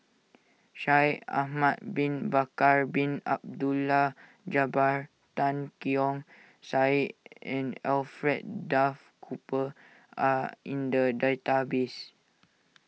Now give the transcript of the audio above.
Shaikh Ahmad Bin Bakar Bin Abdullah Jabbar Tan Keong Saik and Alfred Duff Cooper are in the database